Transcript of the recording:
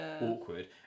awkward